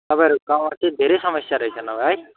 तपाईँहरूको गाउँमा चाहिँ धेरै समस्या रहेछन् अब है